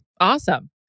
Awesome